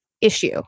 issue